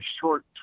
short